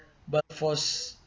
but for